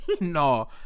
No